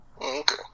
Okay